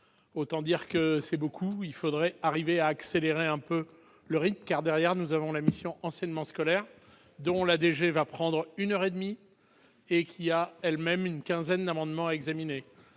autant dire que c'est beaucoup, il faudrait arriver à accélérer un peu le rythme car derrière, nous avons la mission enseignement scolaire dont la DG va prendre une heure et demie et qu'il y a, elle-même, une quinzaine d'amendements à examiner,